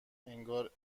انگار